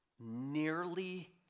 nearly